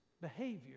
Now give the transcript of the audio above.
behavior